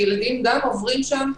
ילדים גם עוברים שם,